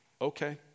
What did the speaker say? okay